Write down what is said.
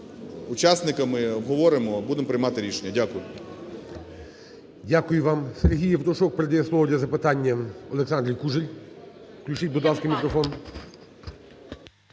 учасниками, обговоримо, будемо приймати рішення. Дякую.